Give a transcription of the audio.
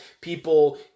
People